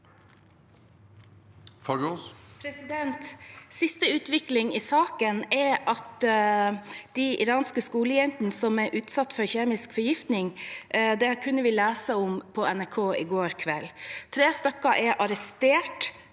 Siste utvikling i sa- ken om de iranske skolejentene som har vært utsatt for kjemisk forgiftning, kunne vi lese om på NRK i går kveld. Tre stykker er arrestert